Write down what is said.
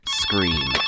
scream